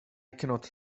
cannot